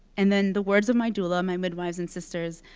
and then the words of my doula, my midwives, and sisters,